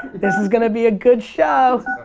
this is gonna be a good show.